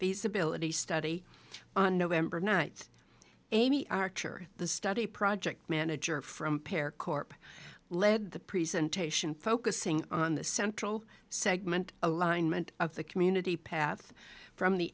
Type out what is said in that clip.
abilities study on november night amy archer the study project manager from pear corp led the presentation focusing on the central segment alignment of the community path from the